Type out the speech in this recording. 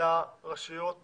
לרשויות